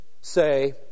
say